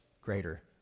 greater